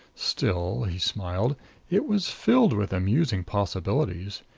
still he smiled it was filled with amusing possibilities.